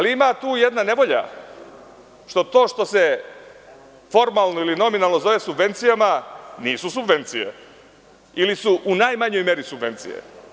Ima tu jedna nevolja, a to je što se formalno ili nominalno zove subvencijama nisu subvencije ili su u najmanjoj meri subvencije.